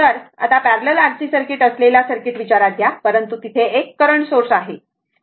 तर आता parallel RC circuit असलेला सर्किट विचारात घ्या परंतु तेथे एक करंट सोर्स आहे